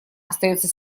остается